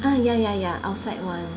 ah ya ya ya outside [one]